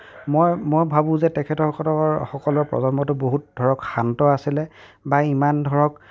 মই মই ভাবোঁ যে তেখেতসক সকলৰ প্ৰজন্মটো বহুত ধৰক শান্ত আছিলে বা ইমান ধৰক